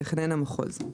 מתכנן המחוז,